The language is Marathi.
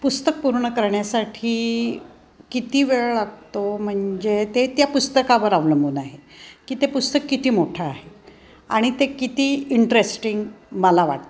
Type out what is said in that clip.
पुस्तक पूर्ण करण्यासाठी किती वेळ लागतो म्हणजे ते त्या पुस्तकावर अवलंबून आहे की ते पुस्तक किती मोठं आहे आणि ते किती इंटरेस्टिंग मला वाटतं